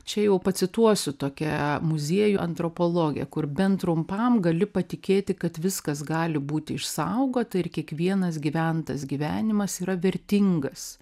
čia jau pacituosiu tokią muziejų antropologę kur bent trumpam gali patikėti kad viskas gali būti išsaugota ir kiekvienas gyventas gyvenimas yra vertingas